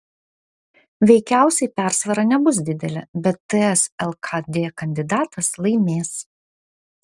veikiausiai persvara nebus didelė bet ts lkd kandidatas laimės